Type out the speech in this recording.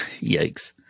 Yikes